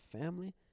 family